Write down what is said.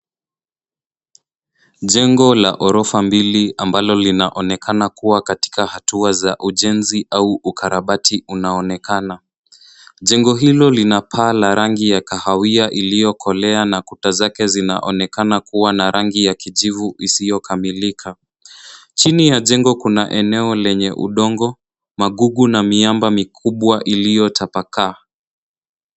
Jengo la ghorofa mbili amablo linaonekana kuwa katika hatua za ujenzi au ukarabati unaonekana. Jengo hilo lina paa la rangi ya kahawia iliyokolea na kuta zake zinaonekana kuwa na rangi ya kijivu isiyokamilika. Chini ya jengo kuna eneo lenye udongo, magudu na miamba mikubwa iliyotapakaa.